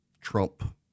Trump